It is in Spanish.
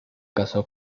casó